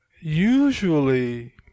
usually